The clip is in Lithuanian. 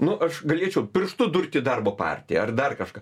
nu aš galėčiau pirštu durt į darbo partiją ar dar kažką